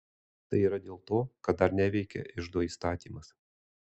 tai yra dėl to kad dar neveikia iždo įstatymas